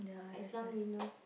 as long you know